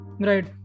Right